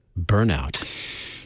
burnout